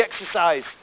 exercise